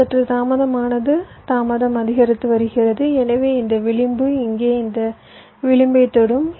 இது சற்று தாமதமானது தாமதம் அதிகரித்து வருகிறது எனவே இந்த விளிம்பு இங்கே இந்த விளிம்பைத் தொடும்